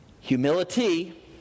humility